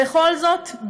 בכל זאת,